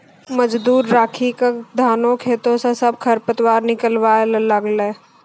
मजदूर राखी क धानों खेतों स सब खर पतवार निकलवाय ल लागलै